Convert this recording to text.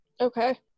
Okay